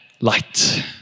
light